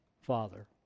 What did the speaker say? Father